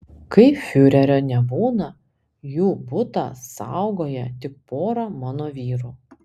kai fiurerio nebūna jų butą saugoja tik pora mano vyrų